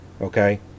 Okay